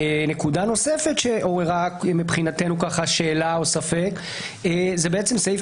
נקודה נוספת מבחינתנו שעוררה שאלה או ספק זה סעיף